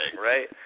right